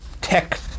tech